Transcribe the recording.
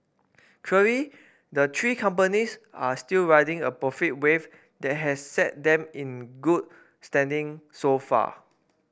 the three companies are still riding a profit wave that has set them in good standing so far